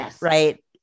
right